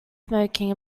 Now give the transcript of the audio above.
smoking